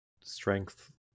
strength